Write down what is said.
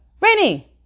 Rainy